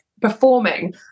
performing